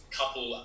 couple